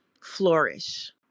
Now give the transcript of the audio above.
flourish